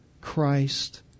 Christ